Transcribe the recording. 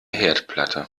herdplatte